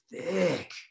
thick